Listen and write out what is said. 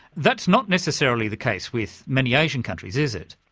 that's not necessarily the case with many asian countries, is it?